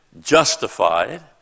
justified